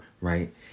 right